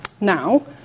now